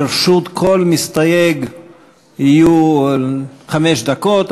לרשות כל מסתייג יהיו חמש דקות.